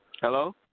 Hello